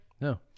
No